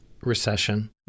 recession